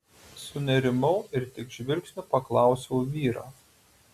sunerimau ir tik žvilgsniu paklausiau vyrą